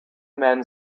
men